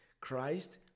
Christ